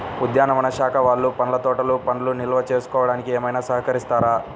ఉద్యానవన శాఖ వాళ్ళు పండ్ల తోటలు పండ్లను నిల్వ చేసుకోవడానికి ఏమైనా సహకరిస్తారా?